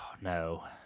No